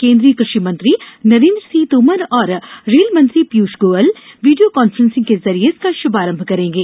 केंद्रीय कृषि मंत्री नरेंद्र सिंह तोमर और रेल मंत्री पीयूष गोयल वीडियो कॉन्फ्रेंसिंग के जरिए इसका शुभारंभ करेंगे